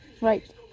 Right